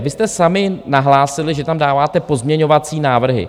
Vy jste sami nahlásili, že tam dáváte pozměňovací návrhy.